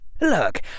Look